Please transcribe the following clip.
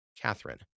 Catherine